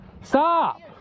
stop